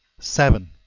seven.